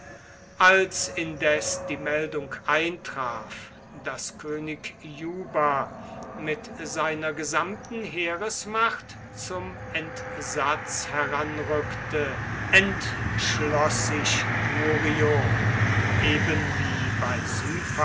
als indes die meldung eintraf daß könig juba mit seiner gesamten heeresmacht zum entsatz heranrückte entschloß sich curio ebenwie bei